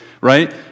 right